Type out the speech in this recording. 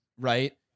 Right